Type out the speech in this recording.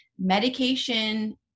medication